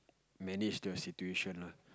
manage the situation lah